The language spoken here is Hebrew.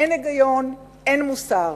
אין היגיון, אין מוסר.